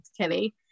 Kelly